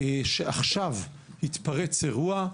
שעכשיו התפרץ אירוע,